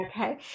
Okay